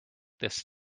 this